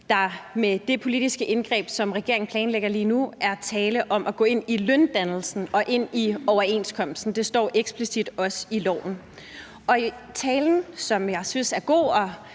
der med det politiske indgreb, som regeringen planlægger lige nu, er tale om at gå ind i løndannelsen og ind i overenskomsten. Det står også eksplicit i loven. I talen, som jeg synes var god